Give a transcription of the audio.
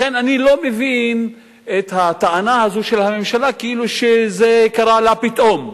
לכן אני לא מבין את הטענה הזאת של הממשלה כאילו זה קרה לה פתאום.